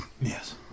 Yes